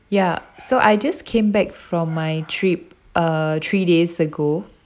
ya so I just came back from my trip uh three days ago